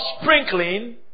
sprinkling